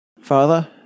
Father